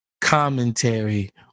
Commentary